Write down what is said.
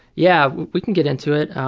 yeah, we can get into it.